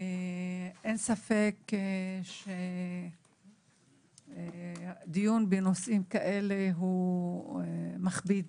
אין ספק שדיון בנושאים כאלה הוא מכביד.